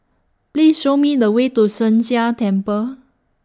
Please Show Me The Way to Sheng Jia Temple